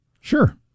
Sure